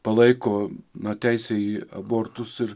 palaiko na teisę į abortus ir